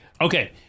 okay